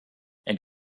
and